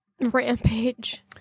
Rampage